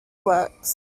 works